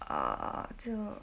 uh 就